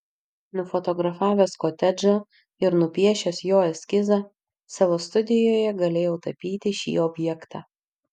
nufotografavęs kotedžą ir nupiešęs jo eskizą savo studijoje galėjau tapyti šį objektą